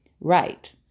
Right